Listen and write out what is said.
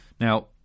Now